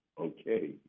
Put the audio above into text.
okay